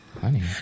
Honey